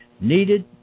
needed